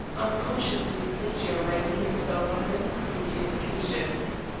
unconsciously plagiarizing himself on many previous occasions.